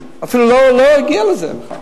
אפילו לא הגיע לזה בכלל.